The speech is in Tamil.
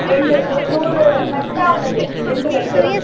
ரெண்டு ஒரு நூறு கட்டாக உள்ளது ரெண்டு கட்டு